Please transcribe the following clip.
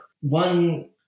one